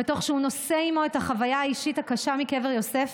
ותוך שהוא נושא עימו את החוויה האישית הקשה מקבר יוסף,